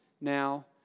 now